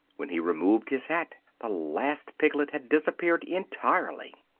when he removed his hat the last piglet had disappeared entirely.